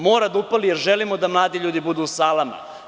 Mora da upali, jer želimo da mladi ljudi budu u salama.